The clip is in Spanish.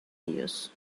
ellos